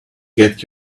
get